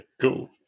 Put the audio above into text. cool